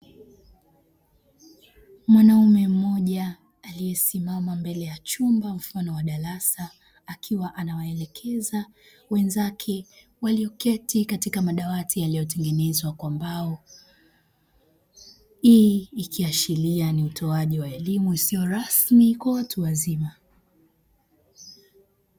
Mwanaume mmoja aliyesimama mbele ya chumba mfano wa darasa akiwa anawaelekeza wenzake walioketi katika madawati yaliyotengenzwa kwa mbao. Hii ikiashiria ni utoaji wa elimu isiyo rasmi kwa watu wazima.